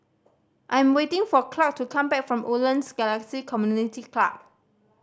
I am waiting for Clarke to come back from Woodlands Galaxy Community Club